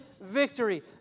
victory